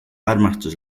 armastus